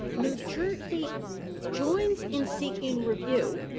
new jersey joins in seeking review,